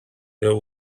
there